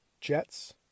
Jets